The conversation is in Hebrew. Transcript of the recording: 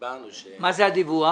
מה אומר הדיווח?